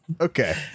okay